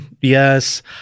Yes